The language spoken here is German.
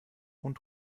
und